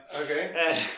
Okay